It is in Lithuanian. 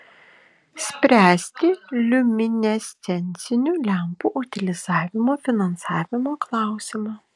spręsti liuminescencinių lempų utilizavimo finansavimo klausimą